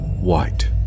White